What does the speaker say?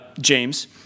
James